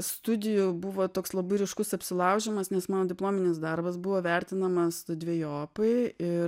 studijų buvo toks labai ryškus apsilaužymas nes mano diplominis darbas buvo vertinamas dvejopai ir